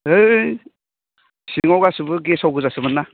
ओइ सिङाव गासैबो गेसाव गोजासोमोन ना